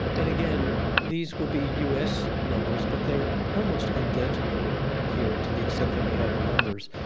and again, these will be us numbers, but they are almost identical here to the extent that we have the numbers.